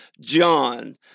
John